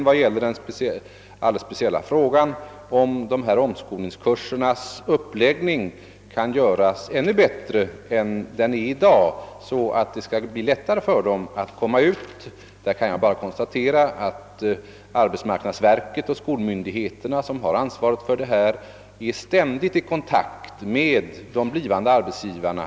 Vad gäller den speciella frågan, om omskolningskurserna kan läggas upp ännu bättre så att det skall bli lättare för eleverna att komma ut på arbetsmarknaden, konstaterar jag att arbetsmarknadsverket och skolmyndigheterna, som ansvarar för kurserna, ständigt är i kontakt med de blivande arbetsgivarna.